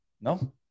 No